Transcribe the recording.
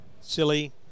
silly